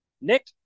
Nick